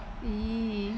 !ee!